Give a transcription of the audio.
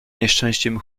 nieszczęściem